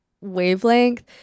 wavelength